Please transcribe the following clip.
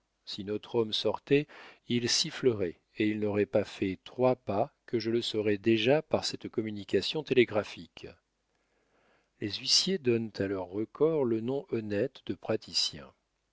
si notre homme sortait ils siffleraient et il n'aurait pas fait trois pas que je le saurais déjà par cette communication télégraphique les huissiers donnent à leurs recors le nom honnête de praticiens